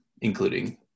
including